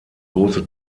große